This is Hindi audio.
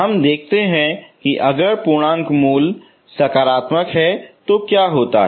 हम देखते हैं कि अगर पूर्णांक मूल्य सकारात्मक है तो क्या होता है